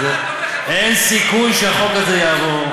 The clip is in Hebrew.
אין סיכוי שהחוק הזה יעבור.